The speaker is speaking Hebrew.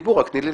ראיתי אותך